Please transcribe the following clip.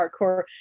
hardcore